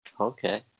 Okay